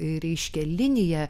reiškia linija